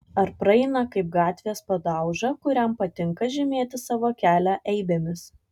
ar praeina kaip gatvės padauža kuriam patinka žymėti savo kelią eibėmis